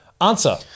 Answer